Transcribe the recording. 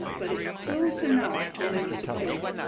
but it's close enough to lend support.